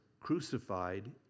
crucified